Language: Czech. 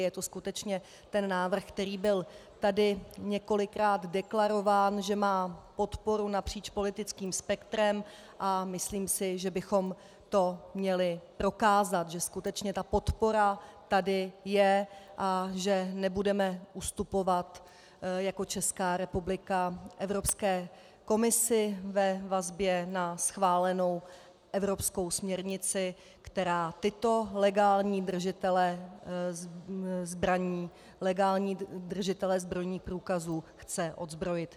Je to skutečně návrh, který byl tady několikrát deklarován, že má podporu napříč politickým spektrem, a myslím si, že bychom to měli prokázat, že skutečně ta podpora tady je a že nebudeme ustupovat jako Česká republika Evropské komisi ve vazbě na schválenou evropskou směrnici, která tyto legální držitele zbraní, legální držitele zbrojních průkazů chce odzbrojit.